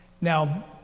Now